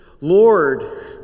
Lord